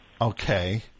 Okay